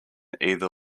either